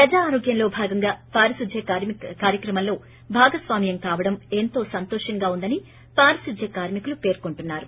ప్రజా ఆరోగ్యంలో భాగంగా పారిశుధ్య కార్యక్రమంలో భాగస్వామ్యం కావడం ఎంతో సంతోషంగా ఉందని పారిశుధ్య కార్మికులు పీర్కొంటున్నారు